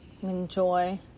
enjoy